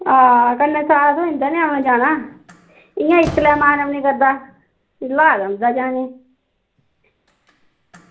आं कन्नै साथ होई जंदा नी औने जाने दा इंया इक्कले मन बी निं करदा कल्ले जा जां नेईं